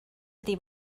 ydy